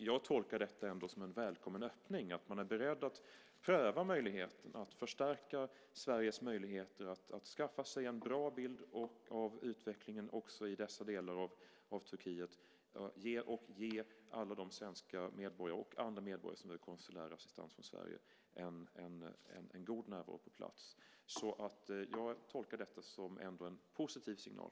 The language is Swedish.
Jag tolkar detta som en välkommen öppning, att man är beredd att pröva möjligheten att förstärka Sveriges möjligheter att skaffa sig en bra bild av utvecklingen också i dessa delar av Turkiet och ge alla de svenska medborgare och andra medborgare som behöver konsulär assistans från Sverige en god närvaro på plats. Jag tolkar detta som en positiv signal.